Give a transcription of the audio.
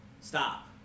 stop